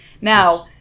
Now